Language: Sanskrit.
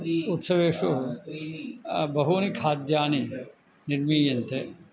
उत्सवेषु बहूनि खाद्यानि निर्मीयन्ते